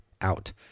out